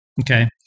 okay